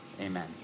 amen